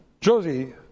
Josie